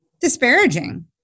disparaging